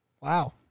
Wow